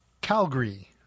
Calgary